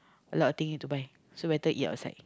a lot of thing need to buy so better eat outside